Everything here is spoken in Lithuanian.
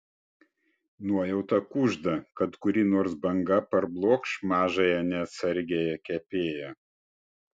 nuojauta kužda kad kuri nors banga parblokš mažąją neatsargiąją kepėją